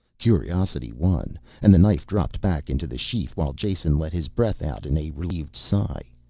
curiosity won and the knife dropped back into the sheath while jason let his breath out in a relieved sigh.